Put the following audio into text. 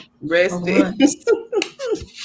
Rested